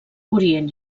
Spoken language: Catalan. orient